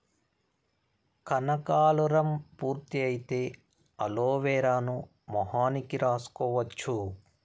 కనకాలురం పూర్తి అయితే అలోవెరాను మొహానికి రాసుకోవచ్చు